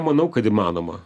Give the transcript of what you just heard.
manau kad įmanoma